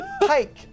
Pike